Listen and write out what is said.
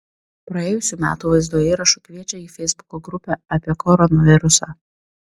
praėjusių metų vaizdo įrašu kviečia į feisbuko grupę apie koronavirusą